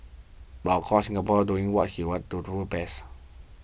and of course Singaporeans doing what to do best